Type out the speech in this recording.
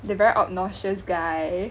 the very obnoxious guy